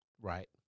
right